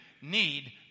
need